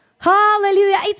Hallelujah